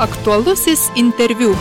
aktualusis interviu